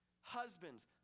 husbands